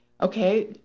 okay